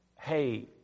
Hey